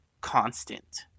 constant